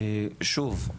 שוב,